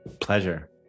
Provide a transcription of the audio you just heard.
pleasure